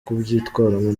kubyitwaramo